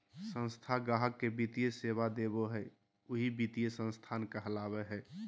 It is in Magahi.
संस्था गाहक़ के वित्तीय सेवा देबो हय वही वित्तीय संस्थान कहलावय हय